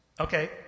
Okay